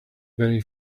very